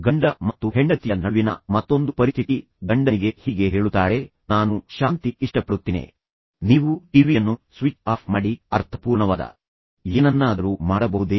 ಗಂಡ ಮತ್ತು ಹೆಂಡತಿಯ ನಡುವಿನ ಮತ್ತೊಂದು ಪರಿಸ್ಥಿತಿಯನ್ನು ನೋಡಿ ಹೆಂಡತಿ ತನ್ನ ಗಂಡನಿಗೆಃ ಹೀಗೆ ಹೇಳುತ್ತಾಳೆ ನಾನು ಅದನ್ನು ಶಾಂತಿ ಇಷ್ಟಪಡುತ್ತೇನೆ ನೀವು ಟಿವಿ ಯನ್ನು ಸ್ವಿಚ್ ಆಫ್ ಮಾಡಿ ಅರ್ಥಪೂರ್ಣವಾದ ಏನನ್ನಾದರೂ ಮಾಡಬಹುದೇ